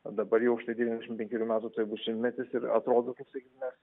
o dabar jau devyniasdešimt penkerių metų tuoj bus šimtmetis ir atrodo kaip sakykim mes